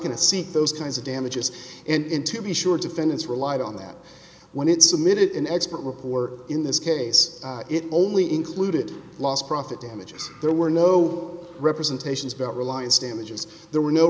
to see those kinds of damages and in to be sure defendants relied on that when it's a minute an expert report in this case it only included last profit damages there were no representations about reliance damages there were no